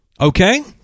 Okay